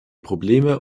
probleme